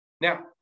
Now